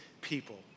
people